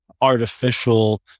artificial